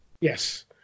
Yes